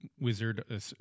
wizard